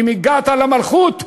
אם הגעת למלכות,